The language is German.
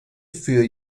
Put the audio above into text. für